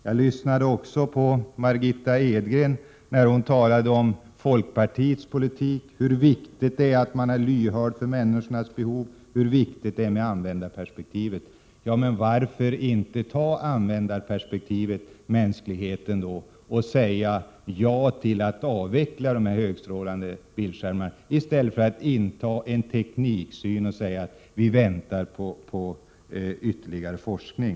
Jag lyssnade också på Margitta Edgren när hon talade om folkpartiets politik, hur viktigt det är att man är lyhörd för människornas behov, hur viktigt det är med användarperspektivet. Ja, men varför inte anlägga användarperspektivet då och säga ja till att avveckla de högstrålande bildskärmarna, i stället för att inta en tekniksyn och säga att vi väntar på ytterligare forskning?